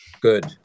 Good